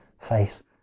face